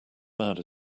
bad